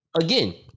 again